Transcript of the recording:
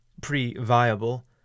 pre-viable